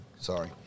sorry